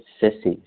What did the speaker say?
sissies